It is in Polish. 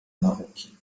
nauki